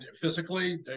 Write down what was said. physically